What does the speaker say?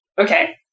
okay